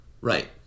Right